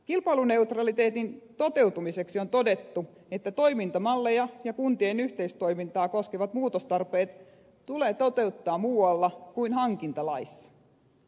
kilpailuneutraliteetin toteutumiseksi on todettu että toimintamalleja ja kuntien yhteistoimintaa koskevat muutostarpeet tulee toteuttaa muualla kuin hankintalaissa